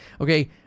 Okay